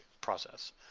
process